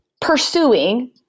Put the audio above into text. pursuing